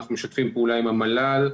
אנחנו משתפים פעולה עם המל"ל,